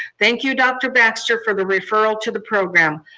thank you dr. baxter for the referral to the program.